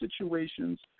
situations